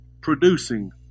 producing